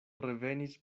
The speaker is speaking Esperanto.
revenis